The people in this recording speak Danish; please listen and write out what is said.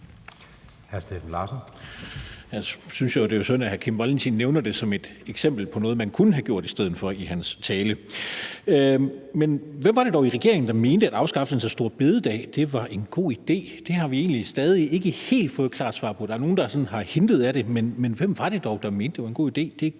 Steffen Larsen (LA): Det er jo sådan, at hr. Kim Valentin nævner det i sin tale som et eksempel på noget, man kunne have gjort i stedet for. Men hvem var det i regeringen, der mente, at afskaffelsen af store bededag var en god idé? Det har vi stadig ikke helt fået et klart svar på. Der er nogle, der sådan er kommet med nogle hints, men hvem var det dog, der mente, at det var en god idé? Det kunne